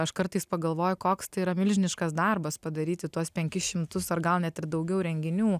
aš kartais pagalvoju koks tai yra milžiniškas darbas padaryti tuos penkis šimtus ar gal net ir daugiau renginių